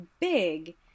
big